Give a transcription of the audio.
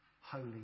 holy